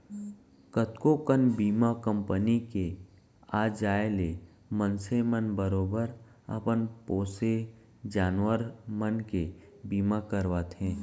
कतको कन बीमा कंपनी के आ जाय ले मनसे मन बरोबर अपन पोसे जानवर मन के बीमा करवाथें